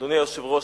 אדוני היושב-ראש,